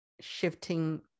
shifting